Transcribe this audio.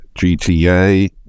gta